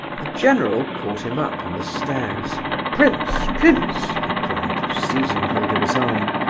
the general caught him up on the stairs prince, prince! he cried, seizing hold of his arm,